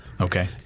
Okay